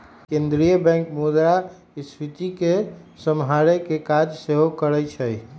केंद्रीय बैंक मुद्रास्फीति के सम्हारे के काज सेहो करइ छइ